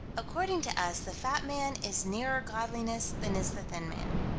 according to us the fat man is nearer godliness than is the thin man.